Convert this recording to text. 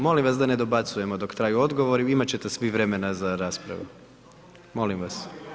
Molim vas da ne dobacujemo dok traju odgovori, imat ćete svi vremena za raspravu, molim vas.